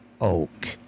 Oak